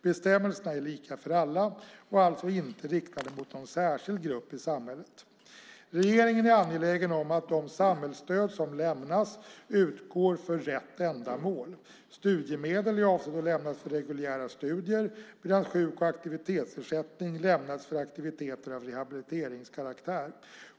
Bestämmelserna är lika för alla och alltså inte riktade mot någon särskild grupp i samhället. Regeringen är angelägen om att de samhällsstöd som lämnas utgår för rätt ändamål. Studiemedel är avsett att lämnas för reguljära studier medan sjuk och aktivitetsersättning lämnas för aktiviteter av rehabiliteringskaraktär.